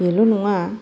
बेल' नङा